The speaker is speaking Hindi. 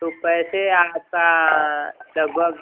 तो पैसे आपका लगभग